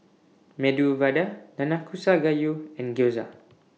Medu Vada Nanakusa Gayu and Gyoza